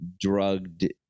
drugged